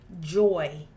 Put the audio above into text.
joy